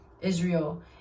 Israel